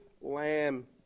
lamb